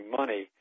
money